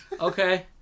Okay